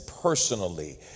personally